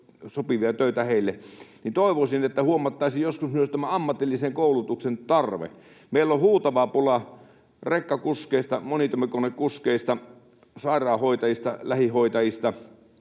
sopivia töitä heille, niin toivoisin, että huomattaisiin joskus myös ammatillisen koulutuksen tarve. Meillä on huutava pula rekkakuskeista, monitoimikonekuskeista, sairaanhoitajista, lähihoitajista,